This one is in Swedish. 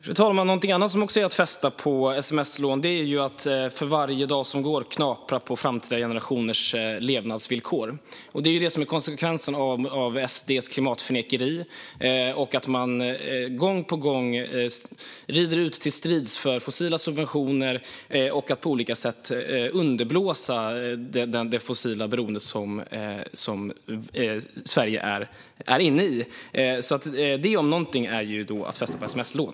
Fru talman! Något annat som också är att festa på sms-lån är att för varje dag som går knapra mer på framtida generationers levnadsvillkor. Detta är konsekvensen av SD:s klimatförnekeri. Gång på gång rider man ut i strid för fossila subventioner och underblåser på olika sätt det fossila beroende som Sverige är inne i. Detta om något är att festa på sms-lån.